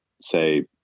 say